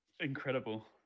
Incredible